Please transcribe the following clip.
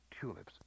tulips